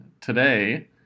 today